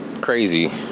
Crazy